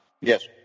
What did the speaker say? Yes